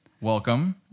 Welcome